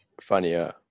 funnier